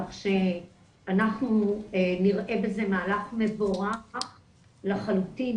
כך שאנחנו נראה בזה מהלך מבורך לחלוטין,